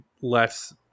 less